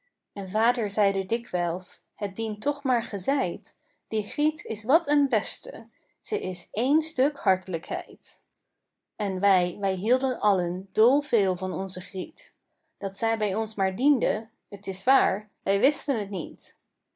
en vader zeide dikwijls het dient toch maar gezeid die griet is wat een beste ze is één stuk hart'lijkheid en wij wij hielden allen dolveel van onze griet dat zij bij ons maar diende t is waar wij wisten t niet